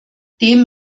dem